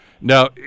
Now